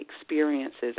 experiences